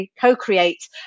co-create